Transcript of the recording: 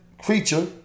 creature